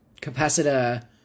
capacitor